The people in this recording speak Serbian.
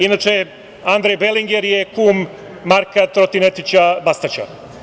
Inače, Andrej Belinger je kum Marka Trotinetića Bastaća.